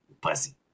Pussy